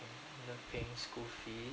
school fees